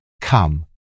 come